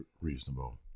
reasonable